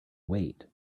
wait